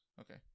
okay